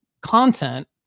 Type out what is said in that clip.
content